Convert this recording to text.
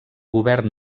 govern